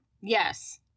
Yes